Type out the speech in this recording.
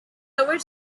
over